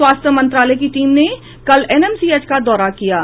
स्वास्थ्य मंत्रालय की टीम ने कल एनएमसीएच का दौरा किया था